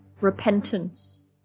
Repentance